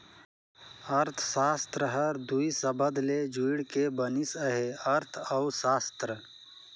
अर्थसास्त्र हर दुई सबद ले जुइड़ के बनिस अहे अर्थ अउ सास्त्र